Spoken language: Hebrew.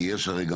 כי יש הרי,